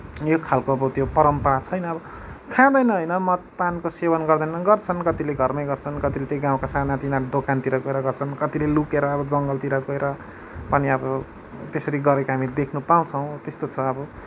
यो खालको अब परम्परा छैन अब खाँदैन होइन मदपानको सेवन गर्दैनन् गर्छन् कत्तिले घरमै गर्छन् कत्तिले त्यहीँ गाउँका साना तिना दोकानतिर गएर गर्छन् कत्तिले लुकेर अब जङ्गलतिर गएर अनि अब त्यसरी गरेको हामीले देख्न पाउछौँ त्यस्तो छ अब